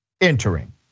entering